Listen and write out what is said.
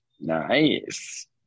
nice